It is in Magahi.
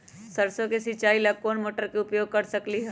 सरसों के सिचाई ला कोंन मोटर के उपयोग कर सकली ह?